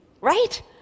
right